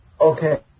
Okay